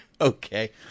Okay